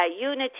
Unity